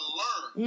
learn